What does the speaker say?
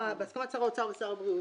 בהסכמת שר האוצר ושר הבריאות.